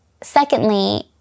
Secondly